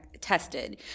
tested